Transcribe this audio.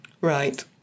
Right